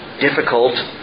difficult